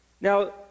Now